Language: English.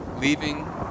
leaving